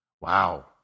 Wow